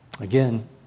Again